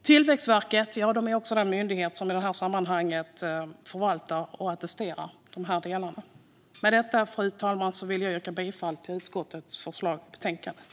Tillväxtverket är den myndighet som förvaltar och attesterar dessa delar. Med detta, fru talman, yrkar jag bifall till utskottets förslag i betänkandet.